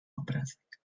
obrazek